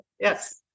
Yes